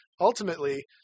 Ultimately